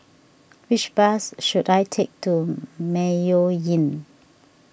which bus should I take to Mayo Inn